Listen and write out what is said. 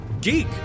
geek